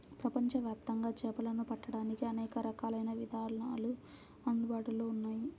ప్రపంచవ్యాప్తంగా చేపలను పట్టడానికి అనేక రకాలైన విధానాలు అందుబాటులో ఉన్నాయి